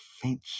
faint